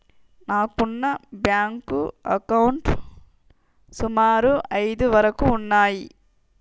నాకున్న బ్యేంకు అకౌంట్లు సుమారు ఐదు వరకు ఉన్నయ్యి